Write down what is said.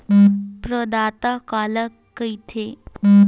प्रदाता काला कइथे?